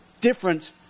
different